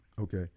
okay